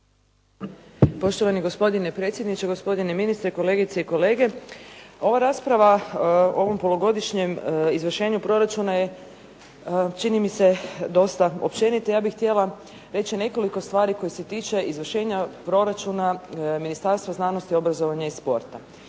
Poštovani gospodine predsjedniče, gospodine ministre, kolegice i kolege. Ova rasprava o ovom polugodišnjem izvršenju proračuna je čini mi se dosta općenita. Ja bih htjela reći nekoliko stvari koje se tiče izvršenja proračuna Ministarstva znanosti, obrazovanja i sporta